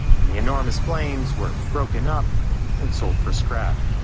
and the enormous planes were broken up and sold for scrap.